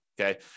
Okay